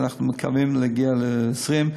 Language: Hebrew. ואנחנו מקווים להגיע ל-20.